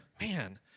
man